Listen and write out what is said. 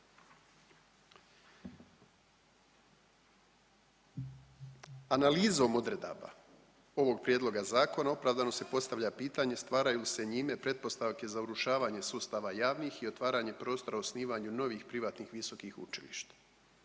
Analizom odredaba ovog prijedloga zakona opravdano se postavlja pitanje stvaraju li se njime pretpostavke za urušavanje sustava javnih i otvaranje prostora u osnivanju novih privatnih visokih učilišta.